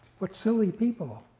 what silly people.